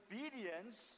Obedience